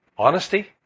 Honesty